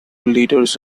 leaders